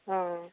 অঁ